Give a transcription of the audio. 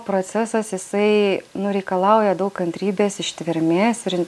procesas jisai nu reikalauja daug kantrybės ištvermės ir